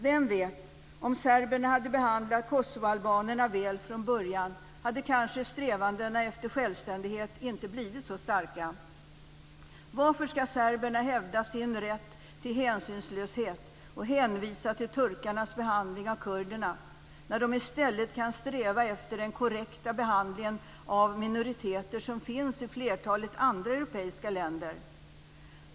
Vem vet, om serberna hade behandlat kosovoalbanerna väl från början hade kanske strävandena efter självständighet inte blivit så starka. Varför skall serberna hävda sin sätt till hänsynslöshet och hänvisa till turkarnas behandling av kurderna när de i stället kan sträva efter den korrekta behandling av minoriteter som finns i flertalet andra europeiska länder.